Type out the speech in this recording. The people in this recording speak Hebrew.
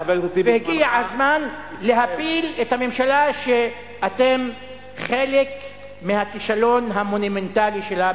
והגיע הזמן להפיל את הממשלה שאתם חלק מהכישלון המונומנטלי שלה,